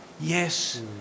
yes